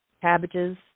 cabbages